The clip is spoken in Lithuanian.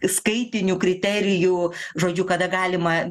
skaitinių kriterijų žodžiu kada galima